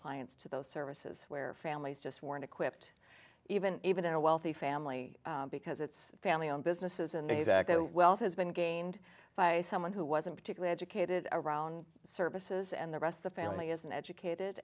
clients to those services where families just weren't equipped even even in a wealthy family because it's a family owned businesses and wealth has been gained by someone who wasn't particularly educated around services and the rest of the family is an educated